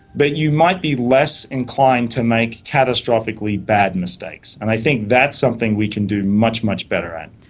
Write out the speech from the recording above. but you might be less inclined to make catastrophically bad mistakes, and i think that's something we can do much, much better at.